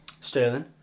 Sterling